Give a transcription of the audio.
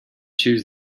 choose